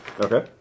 okay